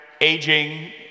aging